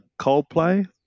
Coldplay